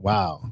Wow